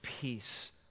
peace